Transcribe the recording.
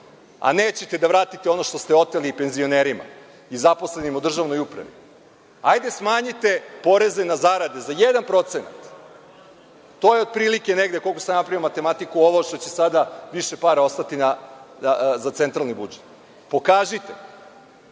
a nećete da vratite ono što ste oteli penzionerima i zaposlenima u državnoj upravi, hajde, smanjite poreze na zarade za jedan procenat, to je, otprilike, koliko sam ja napravio matematiku, ovo što će sada više para ostati za centralni budžet. Pokažite